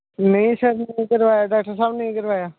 नेईं डाक्टर साह्व नेईं करवाया